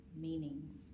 meanings